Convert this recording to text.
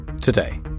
Today